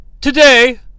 Today